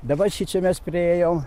dabar šičia mes priėjom